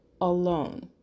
alone